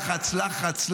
לחץ,